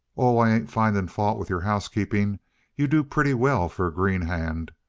oh, i ain't finding fault with your housekeeping you do pretty well for a green hand.